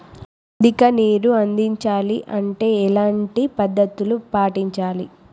అధిక నీరు అందించాలి అంటే ఎలాంటి పద్ధతులు పాటించాలి?